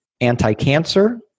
anti-cancer